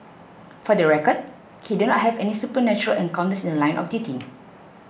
for the record he did not have any supernatural encounters in The Line of duty